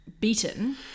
beaten